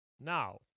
now